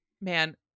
Man